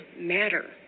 matter